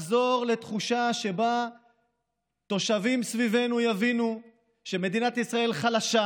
לחזור לתחושה שבה תושבים סביבנו יבינו שמדינת ישראל חלשה,